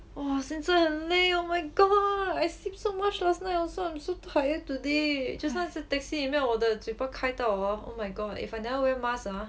我现在很累 oh my god I sleep so much last night also I'm so tired today just now 在 taxi 我的嘴巴开到 hor oh my god if I never wear mask ah